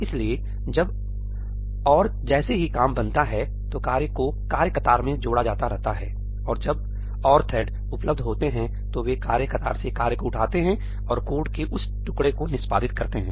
इसलिए जब और जैसे ही काम बनता है तो कार्य को कार्य कतार में जोड़ा जाता रहता है और जब और थ्रेड उपलब्ध होते हैं तो वे कार्य कतार से कार्य को उठाते हैं और कोड के उस टुकड़े को निष्पादित करते हैं